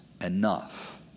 enough